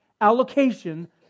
allocation